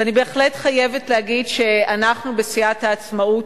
ואני בהחלט חייבת להגיד שאנחנו, בסיעת העצמאות,